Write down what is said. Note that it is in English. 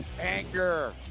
anger